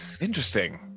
Interesting